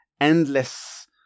endless